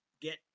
get